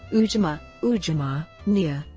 ujima, ujamaa, nia,